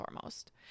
foremost